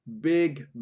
Big